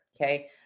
okay